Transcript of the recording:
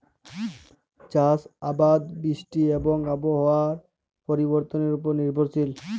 চাষ আবাদ বৃষ্টি এবং আবহাওয়ার পরিবর্তনের উপর নির্ভরশীল